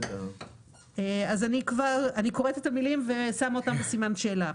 את המילים, ושמה אותן בסימן שאלה.